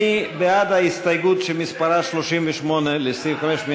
מי בעד ההסתייגות שמספרה 38 לסעיף 5?